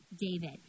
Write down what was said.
David